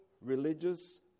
religious